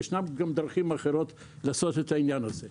ישנם גם דרכים אחרות לעשות את העניין הזה.